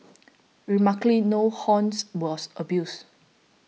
remarkably no horns was abused